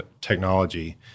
technology